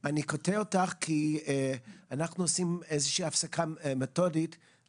לא, אני מדברת על רעש בחופים.